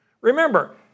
Remember